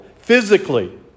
physically